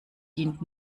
dient